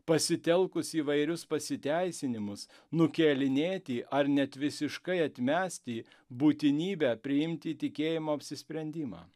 pasitelkus įvairius pasiteisinimus nukėlinėti ar net visiškai atmesti būtinybę priimti tikėjimo apsisprendimą